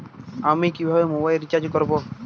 আমি কিভাবে mobile recharge করব?